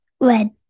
Red